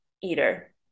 eater